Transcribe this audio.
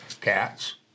cats